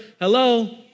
Hello